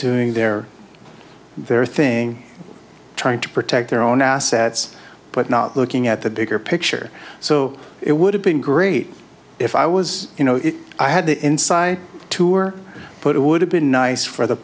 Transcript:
doing their they're thing trying to protect their own assets but not looking at the bigger picture so it would have been great if i was you know if i had the inside tour put it would have been nice for the